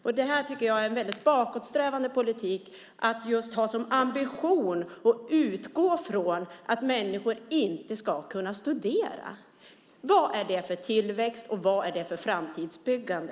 Att utgå ifrån att människor inte ska kunna studera är en väldigt bakåtsträvande politik. Vad är det för tillväxt, och vad är det för framtidsbyggande?